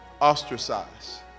ostracized